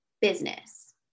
business